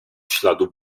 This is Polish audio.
śladu